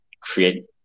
create